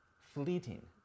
fleeting